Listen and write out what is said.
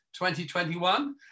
2021